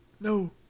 No